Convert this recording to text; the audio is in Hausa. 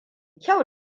kyau